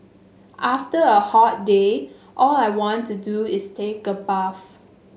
after a hot day all I want to do is take a bath